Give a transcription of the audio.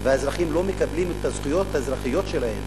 והאזרחים לא מקבלים את הזכויות האזרחיות שלהם,